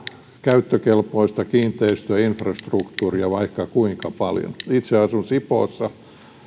käyttökelpoista kiinteistöä infrastruktuuria vaikka kuinka paljon itse asun sipoossa